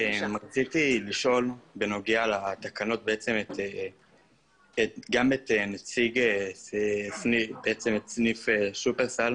רציתי לשאול בנוגע לתקנות גם את נציג רשת שופרסל,